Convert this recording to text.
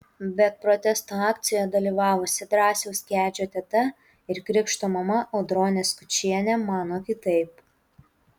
bet protesto akcijoje dalyvavusi drąsiaus kedžio teta ir krikšto mama audronė skučienė mano kitaip